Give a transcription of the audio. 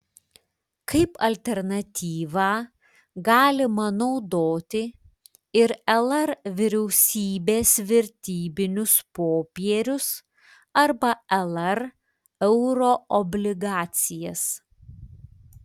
kaip alternatyvą galima naudoti ir lr vyriausybės vertybinius popierius arba lr euroobligacijas